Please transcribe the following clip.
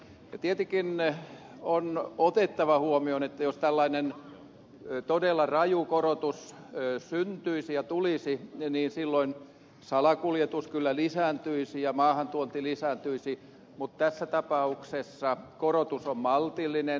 tietenkin on otettava huomioon että jos tällainen todella raju korotus syntyisi ja tulisi niin silloin salakuljetus kyllä lisääntyisi ja maahantuonti lisääntyisi mutta tässä tapauksessa korotus on maltillinen